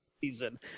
season